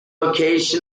location